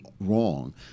wrong